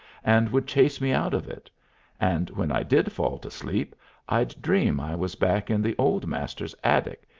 and would chase me out of it and when i did fall to sleep i'd dream i was back in the old master's attic,